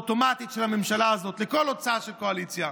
האוטומטית של הממשלה הזאת לכל הצעה של אופוזיציה,